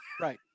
Right